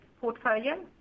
portfolio